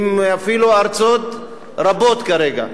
עם ארצות רבות כרגע,